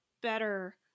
better